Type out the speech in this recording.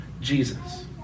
Jesus